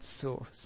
source